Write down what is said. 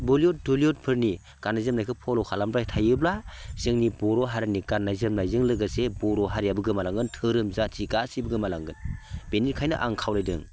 Bollywood थुलिवुदफोरनि गाननाय जोमनायखौ फल' खालामबाय थायोब्ला जोंनि बर' हारिनि गाननाय जोमनायजों लोगोसे बर' हारियाबो गोमालांगोन धोरोम जाथि गासैबो गोमालांगोन बेनिखायनो आं खावलायदों